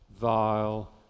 vile